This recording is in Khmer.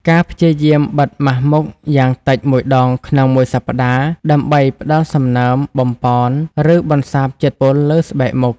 ការព្យាយាមបិទមាស់មុខយ៉ាងតិចមួយដងក្នុងមួយសប្តាហ៍ ដើម្បីផ្តល់សំណើម បំប៉ន ឬបន្សាបជាតិពុលលើស្បែកមុខ ។